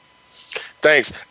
Thanks